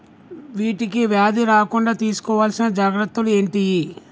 వీటికి వ్యాధి రాకుండా తీసుకోవాల్సిన జాగ్రత్తలు ఏంటియి?